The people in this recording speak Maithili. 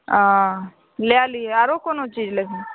ओ लै लीह आरो कोन चीज लेबही